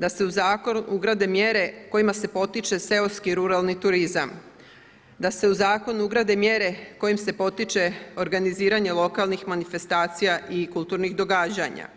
Da se u Zakon ugrade mjere kojima se potiče seoski ruralni turizam, da se u zakon ugrade mjere kojim se potiče organiziranje lokalnih manifestacija i kulturnih događanja,